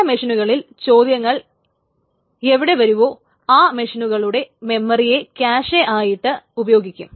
ചില മെഷീനുകളിൽ ചോദ്യങ്ങൾ എവിടെ വരുന്നുവോ ആ മെഷീനുകളുടെ മെമ്മറിയെ ക്യാഷേയായിട്ട് ഉപയോഗിക്കും